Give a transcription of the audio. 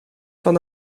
van